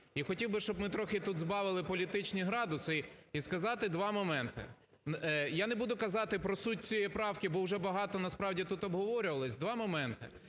І хотів би, щоб ми трохи тут збавили "політичні градуси" і сказати два моменти. Я не буду казати про суть цієї правки, бо вже багато, насправді, тут обговорювалося. Два моменти,